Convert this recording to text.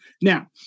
Now